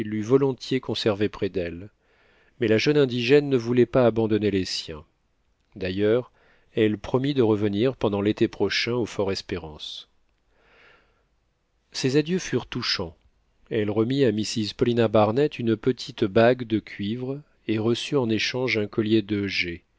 volontiers conservée près d'elle mais la jeune indigène ne voulait pas abandonner les siens d'ailleurs elle promit de revenir pendant l'été prochain au fort espérance ses adieux furent touchants elle remit à mrs paulina barnett une petite bague de cuivre et reçut en échange un collier de